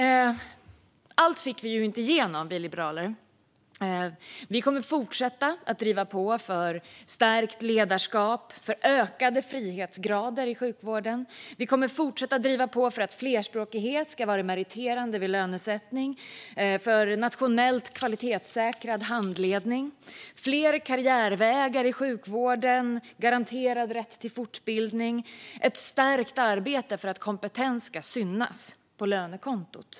Allt fick vi inte igenom, vi liberaler. Vi kommer att fortsätta att driva på för stärkt ledarskap och för ökade frihetsgrader i sjukvården. Vi kommer att fortsätta att driva på för att flerspråkighet ska vara meriterande vid lönesättning, för nationellt kvalitetssäkrad handledning, för fler karriärvägar i sjukvårdsyrken, för garanterad rätt till fortbildning och för ett stärkt arbete för att kompetens ska synas på lönekontot.